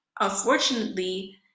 unfortunately